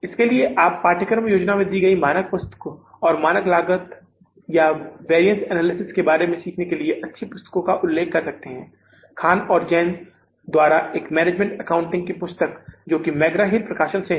इसके लिए आप पाठ्यक्रम योजना में दी गई मानक पुस्तकों और मानक लागतों या वैरिअन्स एनालायसिस के बारे में सीखने के लिए अच्छी पुस्तक का उल्लेख कर सकते हैं खान और जैन द्वारा एक मैनेजमेंट एकाउंटिंग पुस्तक जो की मैकग्रा हिल प्रकाशन से है